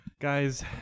Guys